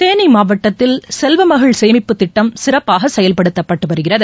தேனிமாவட்டத்தில் செல்வமகள் சேமிப்பு திட்டம் சிறப்பாகசெயல்படுத்தப்பட்டுவருகிறது